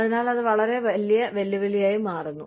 അതിനാൽ അത് വളരെ വലിയ വെല്ലുവിളിയായി മാറുന്നു